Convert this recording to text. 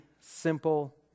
simple